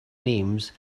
names